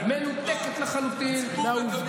בהכשרה תעסוקתית לשיפור הפריון במדינת ישראל?